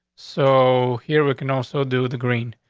so here we can also do the green.